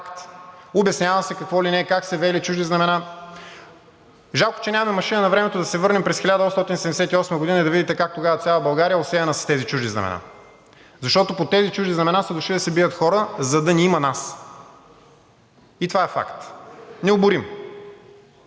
Обяснява се какво ли, как се веели чужди знамена. Жалко, че нямаме машина на времето, за да се върнем през 1878 г. и да видите как тогава цяла България е осеяна с тези чужди знамена, защото под тези чужди знамена са дошли да се бият хора, за да ни има нас и това е необорим